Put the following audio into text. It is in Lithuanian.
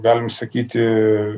galim sakyti